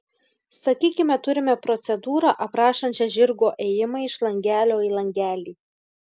sakykime turime procedūrą aprašančią žirgo ėjimą iš langelio į langelį